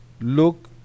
Look